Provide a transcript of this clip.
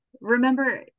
remember